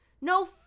No